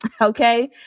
Okay